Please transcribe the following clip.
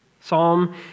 Psalm